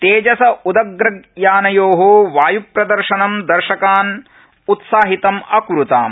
तेजस उदग्रयानयो वाय् प्रदर्शनं दर्शकान् उत्साहितं अक्रुताम्